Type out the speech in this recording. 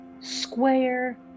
square